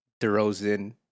DeRozan